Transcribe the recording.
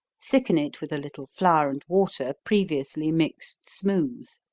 thicken it with a little flour and water, previously mixed smooth.